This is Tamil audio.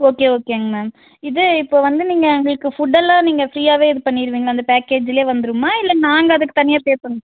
ஓகே ஓகேங்க மேம் இது இப்போ வந்து நீங்கள் எங்களுக்கு ஃபுட்டெல்லாம் நீங்கள் ஃபீரியாகவே இது பண்ணிருவீங்களா இந்த பேக்கேஜ்லையே வந்துருமா இல்லை நாங்கள் அதுக்கு தனியாக பேப்பண்ணு